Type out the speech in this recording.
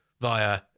via